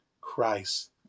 Christ